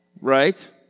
right